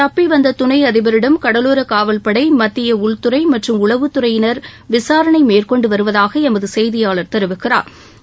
தப்பி வந்த துணை அதிபரிடம் கடலோரக் காவல்படை மத்திய உள்துறை மற்றும் உளவுத் துறையினா விசாரணை மேற்கொண்டு வருவதாக எமது செய்தியாளா் தெரிவிக்கிறாா்